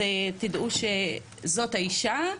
תדעו שזאת האישה.